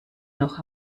noch